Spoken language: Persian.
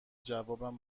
جوابم